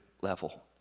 level